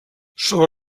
sobre